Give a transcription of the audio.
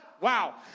Wow